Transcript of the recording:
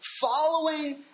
following